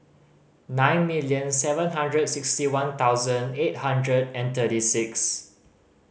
nine million seven hundred sixty one thousand eight hundred and thirty six